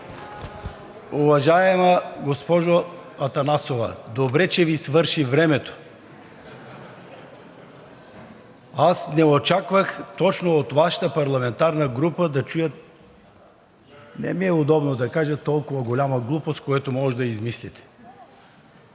Уважаема госпожо Атанасова, добре че Ви свърши времето! Аз не очаквах точно от Вашата парламентарна група да чуя – не ми е удобно да кажа, толкова голяма глупост, която може да измислите.